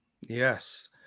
Yes